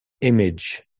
image